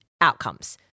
outcomes